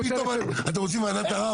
אתם רוצים וועדת ערר?